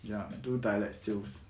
ya do direct sales